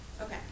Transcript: okay